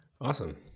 Awesome